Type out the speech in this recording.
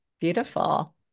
beautiful